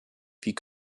wie